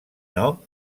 nom